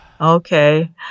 Okay